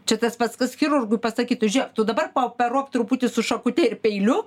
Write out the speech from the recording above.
čia tas pats kas chirurgui pasakytų žėk tu dabar paoperuok truputį su šakute ir peiliu